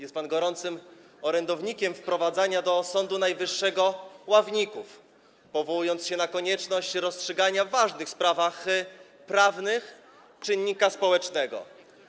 Jest pan gorącym orędownikiem wprowadzania do Sądu Najwyższego ławników, powołując się na konieczność rozstrzygania w ważnych sprawach prawnych przy udziale czynnika społecznego.